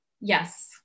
Yes